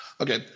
Okay